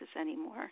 anymore